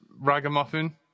ragamuffin